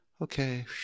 okay